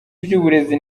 iby’uburezi